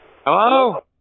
hello